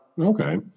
Okay